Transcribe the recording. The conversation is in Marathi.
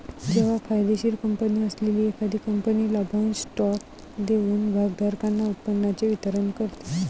जेव्हा फायदेशीर कंपनी असलेली एखादी कंपनी लाभांश स्टॉक देऊन भागधारकांना उत्पन्नाचे वितरण करते